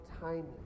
timing